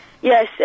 Yes